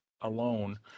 alone